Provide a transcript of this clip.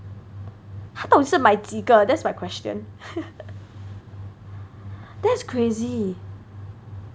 他到底是买几个 that's my question that's crazy